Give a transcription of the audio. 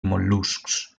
mol·luscs